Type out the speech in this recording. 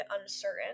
uncertain